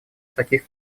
таких